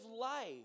life